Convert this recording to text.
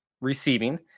receiving